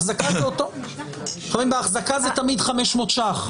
חברים, בהחזקה זה תמיד 500 ש"ח.